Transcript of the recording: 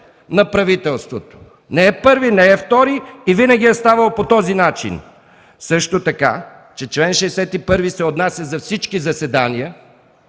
на правителството – не е първи, не е втори и винаги е ставало по този начин. Също така, че чл. 61 се отнася за всички заседания